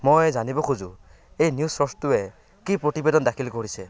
মই জানিব খোজোঁ এই নিউ চ'ৰ্চটোৱে কি প্ৰতিবেদন দাখিল কৰিছে